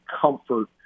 comfort